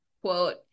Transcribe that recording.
quote